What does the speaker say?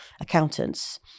accountants